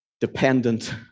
dependent